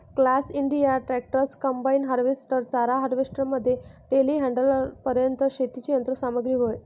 class India tractors, combine harvester, चारा harvester मध्ये टेलीहँडलरपर्यंत शेतीची यंत्र सामग्री होय